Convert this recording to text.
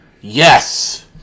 Yes